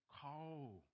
call